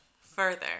Further